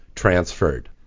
transferred